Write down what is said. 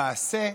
למעשה,